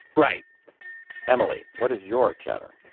right emily, what is your chatter?